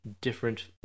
different